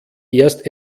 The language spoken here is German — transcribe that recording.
erst